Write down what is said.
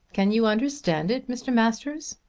can you understand it, mr. masters?